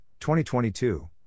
2022